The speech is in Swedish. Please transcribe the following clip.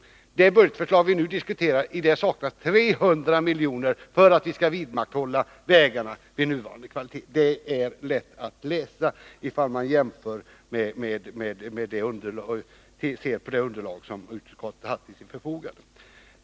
I det budgetförslag vi nu diskuterar saknas 300 milj.kr. för att vi skall kunna vidmakthålla vägarna vid nuvarande kvalitet. Det är lätt att läsa ut av det underlagsmaterial som utskottet har haft till förfogande.